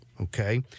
okay